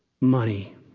Money